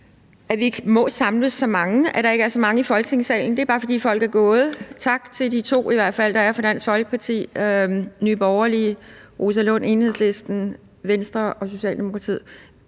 at vi ikke må samles så mange, at vi ikke er så mange i Folketingssalen; det er bare, fordi folk er gået. Tak til de to, der i hvert fald er her fra Dansk Folkeparti, Nye Borgerlige, Rosa Lund fra Enhedslisten, Venstre og Socialdemokratiet